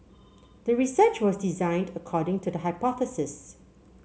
the research was designed according to the hypothesis